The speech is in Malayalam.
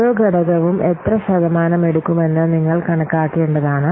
ഓരോ ഘടകവും എത്ര ശതമാനം എടുക്കുമെന്ന് നിങ്ങൾ കണക്കാക്കേണ്ടതാണ്